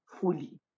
fully